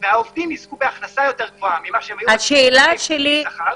והעובדים יזכו בהכנסה יותר גבוהה ממה שהם היו מקבלים בשכר,